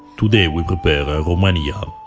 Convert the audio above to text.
today we prepare romania,